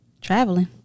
Traveling